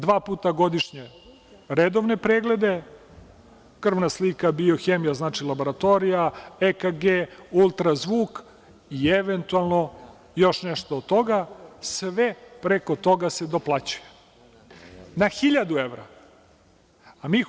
Dva puta godišnje redovne preglede, krvna slika, biohemija, laboratorija, ekg, ultrazvuk i eventualno još nešto od toga, a sve preko toga se doplaćuje na 1.000 evra.